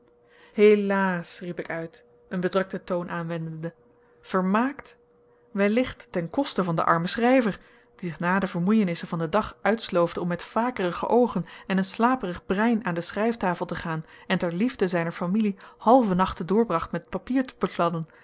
helaas riep ik uit een bedrukten toon aanwendende vermaakt wellicht ten koste van den armen schrijver die zich na de vermoeienissen van den dag uitsloofde om met vakerige oogen en een slaperig brein aan de schrijftafel te gaan en ter liefde zijner familie halve nachten doorbracht met papier